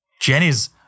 Jenny's